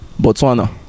Botswana